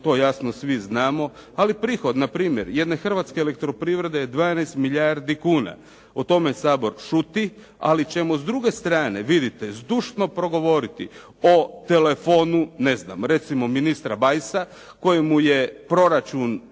to jasno svi znamo. Ali prihod npr. jedne Hrvatske elektroprivrede je 12 milijardi kuna. O tome Sabor šuti, ali ćemo s druge strane vidite zdušno progovoriti o telefonu ne znam recimo ministra Bajsa, koji mu je proračun